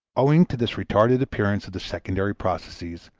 owing to this retarded appearance of the secondary processes,